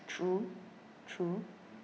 true true